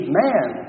man